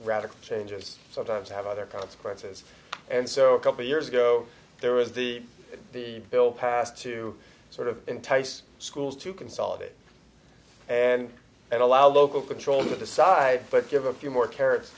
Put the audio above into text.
radical changes sometimes have other consequences and so a couple years ago there was the bill passed to sort of entice schools to consolidate and and allow local control to the side but give a few more carrots